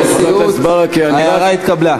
ההערה התקבלה.